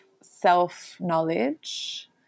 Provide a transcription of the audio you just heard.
self-knowledge